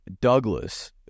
douglas